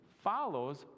follows